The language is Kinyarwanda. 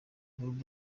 global